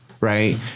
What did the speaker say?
right